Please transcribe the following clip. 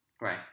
Right